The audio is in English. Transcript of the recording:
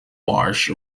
marsh